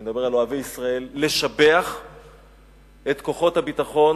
אני מדבר על אוהבי ישראל, לשבח את כוחות הביטחון,